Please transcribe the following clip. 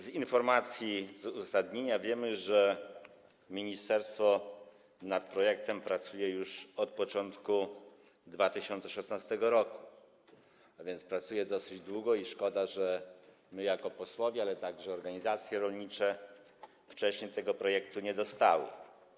Z informacji, z uzasadnienia wiemy, że ministerstwo nad projektem pracuje już od początku 2016 r., a więc pracuje dosyć długo, i szkoda, że my, jako posłowie, ale także organizacje rolnicze wcześniej tego projektu nie dostaliśmy.